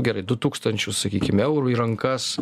gerai du tūkstančius sakykim eurų į rankas